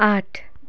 आठ